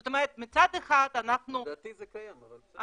זאת אומרת מצד אחד -- לדעתי זה קיים, אבל בסדר.